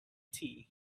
tea